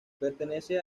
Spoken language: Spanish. pertenece